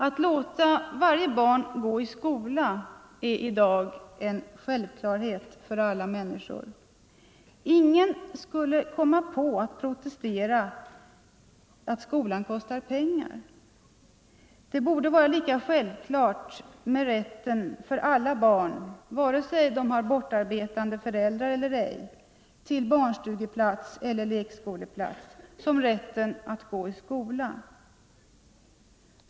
Att låta varje barn gå i skola är i dag en självklarhet för alla människor. Ingen protesterar mot att skolan kostar pengar. Det borde vara lika självklart med rätten för alla barn — antingen de har bortaarbetande föräldrar eller ej — att få barnstugeplats eller lekskoleplats som med rätten att gå i skola.